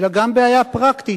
אלא גם בעיה פרקטית,